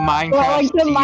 Minecraft